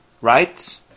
right